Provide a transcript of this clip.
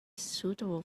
suitable